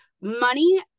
money